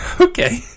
Okay